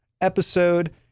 episode